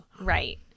Right